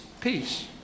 peace